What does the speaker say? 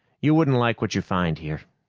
you wouldn't like what you find here.